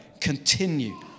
continue